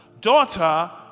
daughter